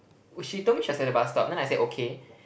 she told me she was at the bus stop then I say okay